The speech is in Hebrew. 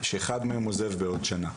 שאחד מהם עוזב בעוד שנה.